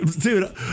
dude